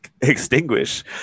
extinguish